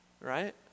Right